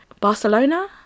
Barcelona